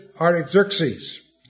Artaxerxes